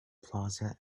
plaza